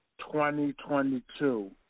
2022